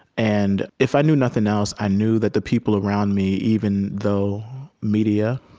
and if i knew nothing else, i knew that the people around me, even though media